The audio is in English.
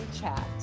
chat